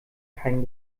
keinen